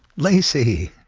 lacy!